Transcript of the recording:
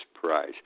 prize